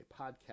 podcast